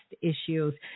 issues